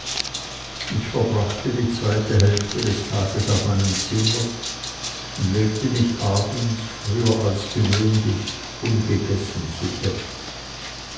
ich verbrachte die zweite hälfte des tages auf meinem zimmer und legte mich abends früher als gewöhnlich ungegessen zu bett